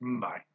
bye